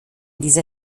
dieser